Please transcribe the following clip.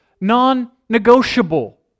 non-negotiable